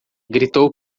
gritou